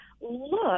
look